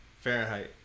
Fahrenheit